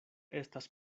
estas